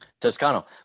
Toscano